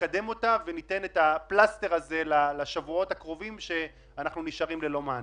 נקדם אותה וניתן את הפלסטר הזה לשבועות הקרובים שאנחנו נשארים ללא מענה.